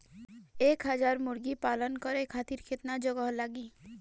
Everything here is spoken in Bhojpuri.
एक हज़ार मुर्गी पालन करे खातिर केतना जगह लागी?